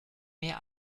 mehr